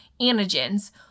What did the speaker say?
antigens